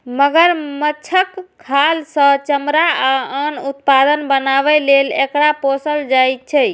मगरमच्छक खाल सं चमड़ा आ आन उत्पाद बनाबै लेल एकरा पोसल जाइ छै